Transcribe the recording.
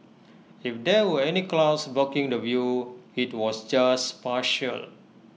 if there were any clouds blocking the view IT was just partial